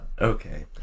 Okay